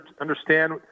understand